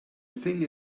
thing